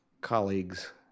colleagues